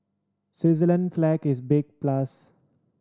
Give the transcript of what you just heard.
Switzerland flag is a big plus